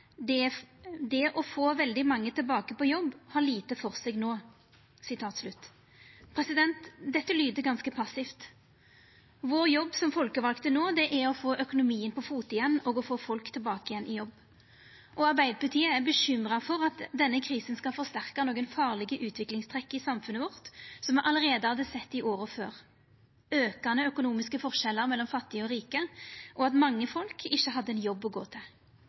å få veldig mange tilbake på jobb har lite for seg nå». Dette lyder ganske passivt. Vår jobb som folkevalde no er å få økonomien på fote igjen og få folk tilbake i jobb. Arbeidarpartiet er bekymra for at denne krisa skal forsterka nokre farlege utviklingstrekk i samfunnet vårt som me allereie hadde sett i åra før: aukande økonomiske forskjellar mellom fattige og rike, og at mange ikkje hadde nokon jobb å gå til.